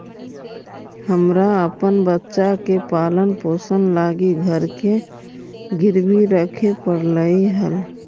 हमरा अपन बच्चा के पालन पोषण लागी घर के गिरवी रखे पड़लई हल